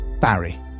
Barry